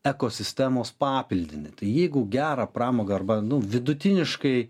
ekosistemos papildinį tai jeigu gerą pramogą arba nu vidutiniškai